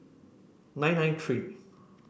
nine nine three